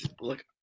Look